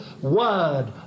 word